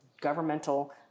governmental